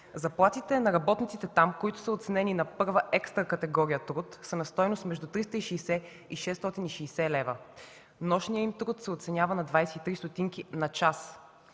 Заплахите на работниците там, които са оценени на първа екстра категория труд, са на стойност между 360 и 660 лева, нощният им труд се оценява на 23 стотинки на час.